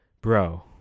bro